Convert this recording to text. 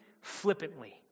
flippantly